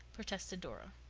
protested dora.